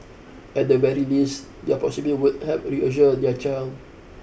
at the very least their proximity would help reassure their child